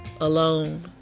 alone